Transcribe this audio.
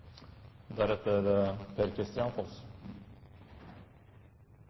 Deretter er det